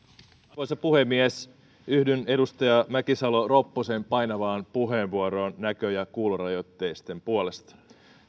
arvoisa puhemies yhdyn edustaja mäkisalo ropposen painavaan puheenvuoroon näkö ja kuulorajoitteisten puolesta